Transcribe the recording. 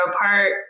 apart